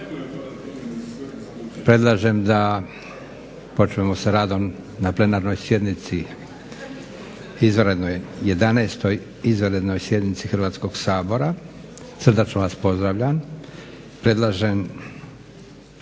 dobro jutro! Predlažem da počnemo sa radom na plenarnoj sjednici 11. izvanrednoj sjednici Hrvatskog sabora. Srdačno vas pozdravljam.